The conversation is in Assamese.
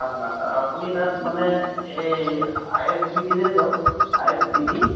আপুনি তাত মানে এই আই এছ বি টিলৈ যাওক আই এছ বি টি